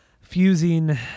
fusing